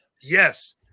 yes